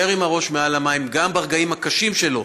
לקשיש להישאר עם הראש מעל המים גם ברגעים הקשים שלו,